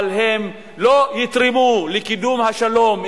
אבל הם לא יתרמו לקידום השלום.